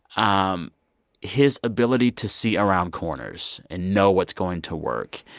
um his ability to see around corners and know what's going to work,